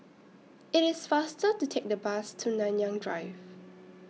IT IS faster to Take The Bus to Nanyang Drive